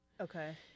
okay